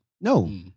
No